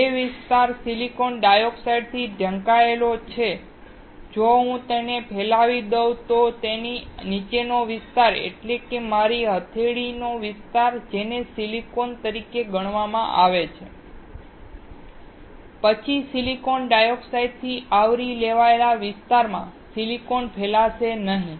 જે વિસ્તાર સિલિકોન ડાયોક્સાઈડથી ઢંકાયેલો છે જો હું તેને ફેલાવી દઉં તો તેની નીચેનો વિસ્તાર એટલે કે મારી હથેળીનો વિસ્તાર જેને સિલિકોન તરીકે ગણવામાં આવે છે પછી સિલિકોન ડાયોક્સાઈડથી આવરી લેવાયેલા વિસ્તારમાં સિલિકોન ફેલાશે નહીં